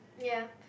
ya